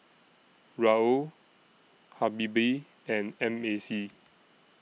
Raoul Habibie and M A C